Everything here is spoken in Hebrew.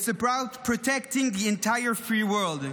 it's about protecting the entire free world.